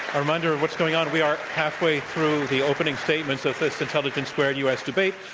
reminder of what's going on. we are halfway through the opening statements of this intelligence squared u. s. debate.